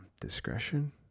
discretion